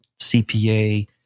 CPA